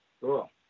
Cool